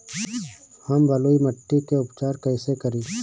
हम बलुइ माटी के उपचार कईसे करि?